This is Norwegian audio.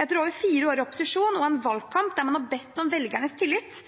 Etter over fire år i opposisjon og en valgkamp der man ba om velgernes tillit,